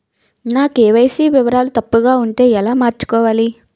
నా కే.వై.సీ వివరాలు తప్పుగా ఉంటే ఎలా మార్చుకోవాలి?